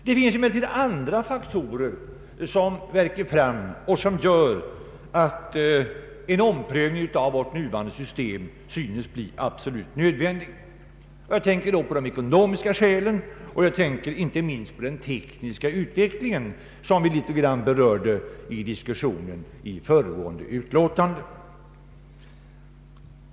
Det finns emellertid även andra faktorer som gör att en omprövning av vårt nuvarande system synes bli absolut nödvändig. Jag tänker på de ekonomiska skälen och inte minst på den tekniska utvecklingen, som vi något berörde i diskussionen om föregående ärende.